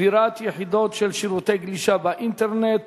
צבירת יחידות של שירותי גלישה באינטרנט